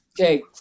Okay